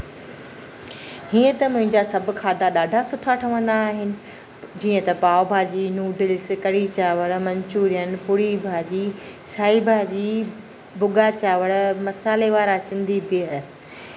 हीअं त मुंहिंजा सभु खाधा ॾाढा सुठा ठहंदा आहिनि जीअं त पाव भाॼी नूडल्स कढ़ी चांवर मंचूरियन पूड़ी भाॼी साई भाॼी भुगा चांवर मसाले वारा सिंधी बियर